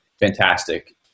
fantastic